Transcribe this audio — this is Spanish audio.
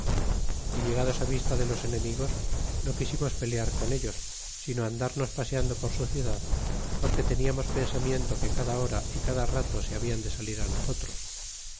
y llegados á vista de los enemlgos no quisimos pelear con ellos sino andarnos paseando por e su eudad porque teniamos pensamiento que cada hora y cae da rato se habían de salir á nosotros